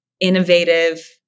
innovative